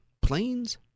planes